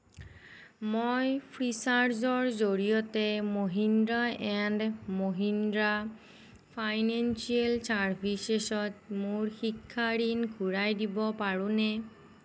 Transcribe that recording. মই ফ্ৰীচাৰ্জৰ জৰিয়তে মহিন্দ্ৰা এণ্ড মহিন্দ্ৰা ফাইনেন্সিয়েল চাৰ্ভিচেছত মোৰ শিক্ষা ঋণ ঘূৰাই দিব পাৰোঁনে